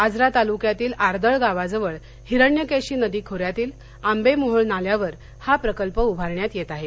आजरा तालुक्यातील आर्दळ गावाजवळ हिरण्यकेशी नदी खोऱ्यातील आंबेमोहोळ नाल्यावर हा प्रकल्प उभारण्यात येत आहे